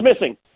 missing